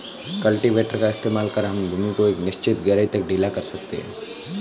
cultivator का इस्तेमाल कर हम भूमि को एक निश्चित गहराई तक ढीला कर सकते हैं